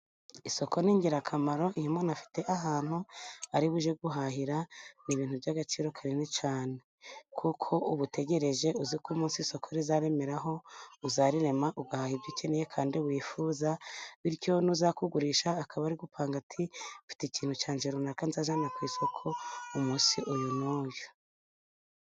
Isoko ni ingirakamaro iyo umuntu ufite ahantu ari bujye guhahira ni ibintu by'agaciro kanini cyane kuko uba utegereje uziko umunsi isoko rizaremeraho uzarirema ugahaha ibyo ukeneye kandi wifuza bityo nuzakugurisha akaba ari gupanga ati mfite ikintu cyanjye runaka nzazana ku isoko umunsi uyu n'uyu.